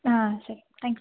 ಹಾಂ ಸರಿ ಥ್ಯಾಂಕ್ಸ್